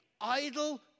Idle